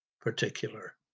particular